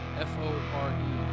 F-O-R-E